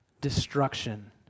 destruction